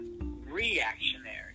reactionary